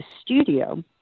studio